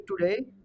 today